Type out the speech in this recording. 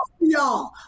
Y'all